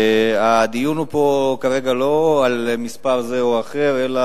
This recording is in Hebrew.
הדיון פה כרגע הוא לא על מספר זה או אחר אלא